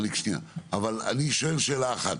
אבל אני שואל שאלה אחת,